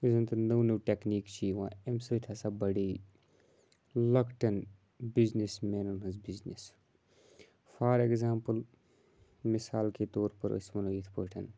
یُس زَن تہِ نٔو نٔو ٹٮ۪کنیٖک چھِ یِوان اَمہِ سۭتۍ ہَسا بَڑے لۄکٹٮ۪ن بِزنٮ۪س مینَن ہٕنٛز بِزنٮ۪س فار اٮ۪کزامپٕل مِثال کے طور پر أسۍ وَنو یِتھ پٲٹھۍ